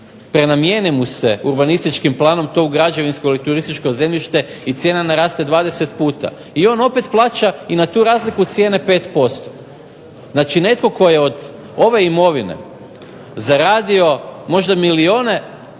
prenamijeni mu se to urbanističkim planom to u građevinsko ili turističko zemljište i cijena naraste 20 puta, i on opet plaća na tu razliku cijene 5%. Znači netko tko je od ove imovine zaradio milijune